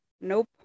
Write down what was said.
nope